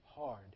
hard